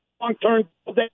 long-term